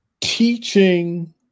teaching